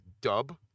dub